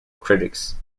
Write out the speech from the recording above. critics